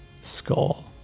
skull